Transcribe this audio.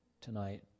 tonight